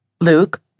Luke